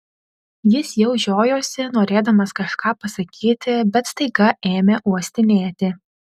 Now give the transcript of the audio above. jis jau žiojosi norėdamas kažką pasakyti bet staiga ėmė uostinėti